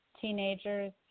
teenagers